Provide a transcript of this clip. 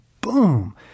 boom